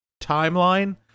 timeline